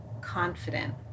confident